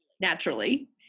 Naturally